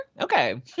Okay